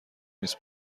نیست